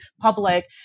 public